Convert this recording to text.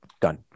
done